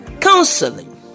counseling